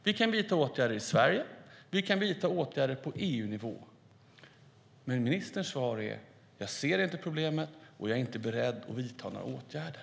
Vi kan vidta åtgärder i Sverige, och vi kan vidta åtgärder på EU-nivå. Men ministerns svar är att hon inte ser problemet och att hon inte är beredd att vidta några åtgärder.